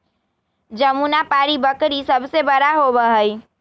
जमुनापारी बकरी सबसे बड़ा होबा हई